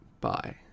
Bye